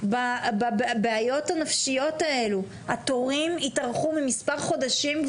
בבעיות הנפשיות האלה התארכו למספר חודשים,